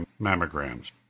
mammograms